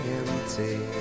empty